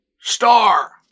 star